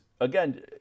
again